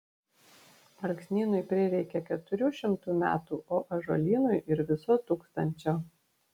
alksnynui prireikia keturių šimtų metų o ąžuolynui ir viso tūkstančio